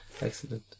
Excellent